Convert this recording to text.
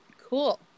Cool